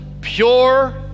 pure